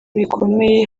bikomeye